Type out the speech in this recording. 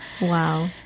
Wow